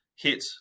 hit